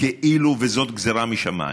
כאילו זאת גזירה משמיים.